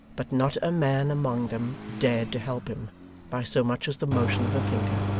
but not a man among them dared to help him by so much as the motion of a finger.